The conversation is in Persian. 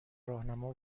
راهنما